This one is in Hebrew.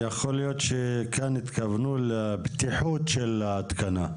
יכול להיות שכאן התכוונו לבטיחות של ההתקנה.